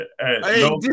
Hey